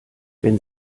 wenn